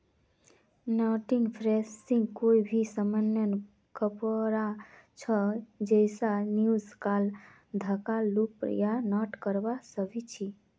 netting fabric कोई भी यममन कपड़ा छ जैइछा फ़्यूज़ क्राल धागाक लूप या नॉट करव सक छी